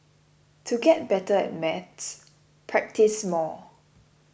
to get better at maths practise more